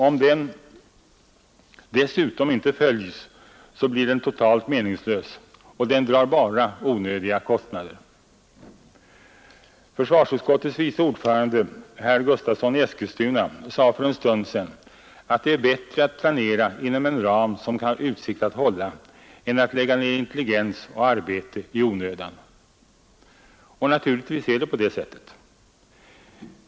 Om den dessutom inte ens följs, blir den totalt meningslös och drar bara onödiga kostnader. Försvarsutskottets vice ordförande, herr Gustavsson i Eskilstuna, sade för en stund sedan att det är bättre att planera inom en ram som har utsikt att hålla än att lägga ned intelligens och arbete i onödan. Naturligtvis är det på det sättet.